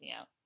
out